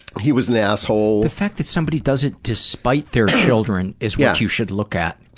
he was an asshole. the fact that somebody does it despite their children is what you should look at.